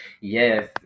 yes